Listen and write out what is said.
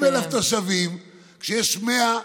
עיר עם 30,000 תושבים, כשיש 100,